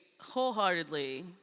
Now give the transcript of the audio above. wholeheartedly